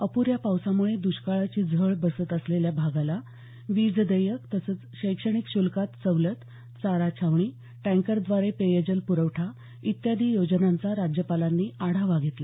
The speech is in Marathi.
अप्ऱ्या पावसामुळे दष्काळाची झळ बसत असलेल्या भागाला वीजदेयक तसंच शैक्षणिक शुल्कात सवलत चारा छावणी टँकरद्वारे पेयजल पुरवठा इत्यादी योजनांचा राज्यपालांनी आढावा घेतला